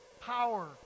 power